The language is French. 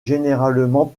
généralement